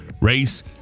race